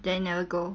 then never go